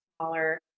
smaller